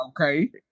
Okay